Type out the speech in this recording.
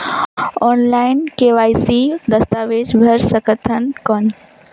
Online KYC दस्तावेज भर सकथन कौन?